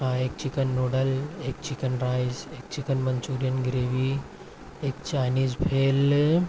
ہاں ایک chicken noodle ایک چکن رائز ایک چکن منچورین گریوی ایک چائنیز بھیل